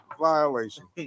Violation